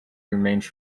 remains